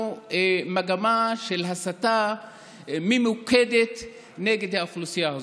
מגמה של הסתה ממוקדת נגד האוכלוסייה הזאת.